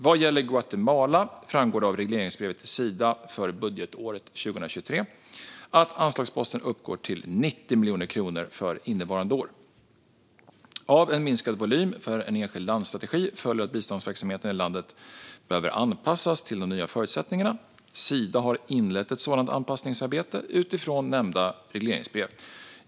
Vad gäller Guatemala framgår det av regleringsbrevet till Sida för budgetåret 2023 att anslagsposten uppgår till 90 miljoner kronor för innevarande år. Av en minskad volym för en enskild landstrategi följer att biståndsverksamheten i landet behöver anpassas till de nya förutsättningarna. Sida har inlett ett sådant anpassningsarbete utifrån nämnda regleringsbrev.